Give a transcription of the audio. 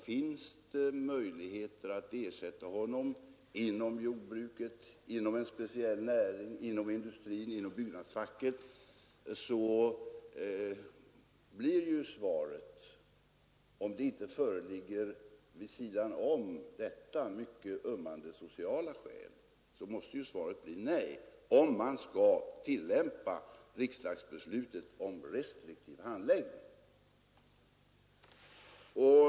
Finns det möjlighet att ersätta honom inom jordbruket, inom en speciell näring, inom industrin, inom byggnadsfacket, måste svaret — om det inte vid sidan om detta föreligger mycket ömmande sociala skäl — bli nej, om man skall tillämpa riksdagsbeslutet om restriktiv handläggning.